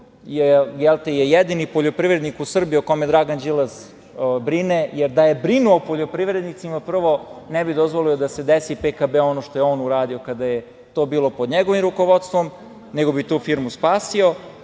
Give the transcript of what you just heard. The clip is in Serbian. je jedini poljoprivrednik u Srbiji o kome Dragan Đilas brine, jer da je brinuo o poljoprivrednicima prvo ne bi dozvolio da se desi „PKB-u“ ono što je on uradio kada je to bilo pod njegovim rukovodstvom, nego bi tu firmu spasio,